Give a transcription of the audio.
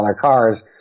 cars